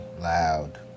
loud